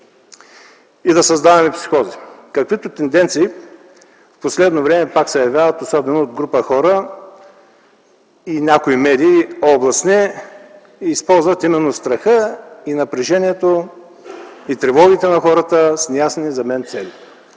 и да създаваме психоза, каквито тенденции в последно време пак се явяват, особено от група хора и някои областни медии, които използват именно страха, напрежението и тревогите на хората с неясни за мен цели.